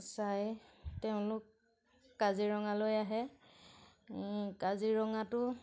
চাই তেওঁলোক কাজিৰঙালৈ আহে কাজিৰঙাতো